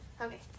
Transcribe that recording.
Okay